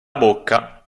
bocca